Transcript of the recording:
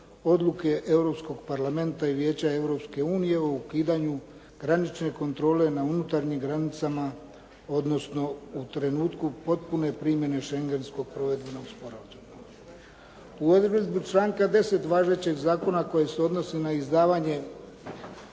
odluke Europskog Parlamenta i Vijeća Europske unije o ukidanju granične kontrole na unutarnjim granicama, odnosno u trenutku potpune primjene Šengenskog provedbenog sporazuma. U odredbi članka 10. važećeg zakona koji se odnosi na izdavanje